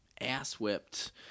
ass-whipped